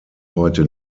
heute